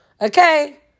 Okay